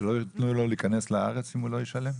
אפשר שלא ייתנו לו להיכנס לארץ אם לא ישלם?